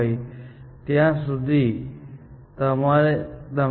મારો કહેવાનો મતલબ એ છે કે લીફ નોડ્સ ખરેખર સોલ્વ્ડ નોડ્સ કહેવામાં આવે છે